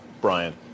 Brian